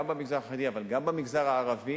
גם במגזר החרדי אבל גם במגזר הערבי